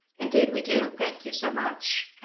indeed, we do. thank you so much.